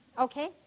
okay